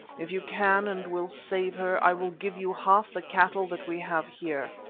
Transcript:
if you can, and will save her, i will give you half the cattle that we have here.